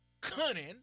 cunning